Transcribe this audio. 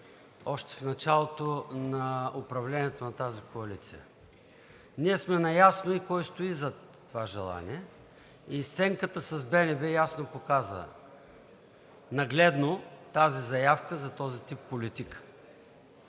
още в началото на управлението на тази коалиция. Ние сме наясно и кой стои зад това желание и сценката с БНБ нагледно ясно показа кой стои зад тази заявка за този тип политика.